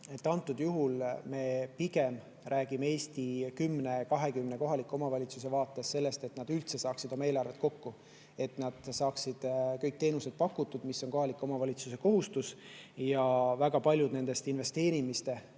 antud juhul me pigem räägime Eesti 10–20 kohaliku omavalitsuse vaates sellest, et nad üldse saaksid oma eelarved kokku, et nad saaksid kõiki teenuseid pakkuda, mis on kohaliku omavalitsuse kohustus, ja väga paljud nendest investeerimise peale